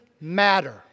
matter